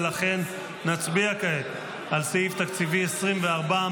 ולכן נצביע כעת על סעיף תקציבי 24,